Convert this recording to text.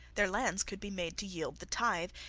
their lands could be made to yield the tithe,